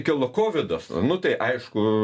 kilo kovidas nu tai aišku